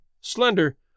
slender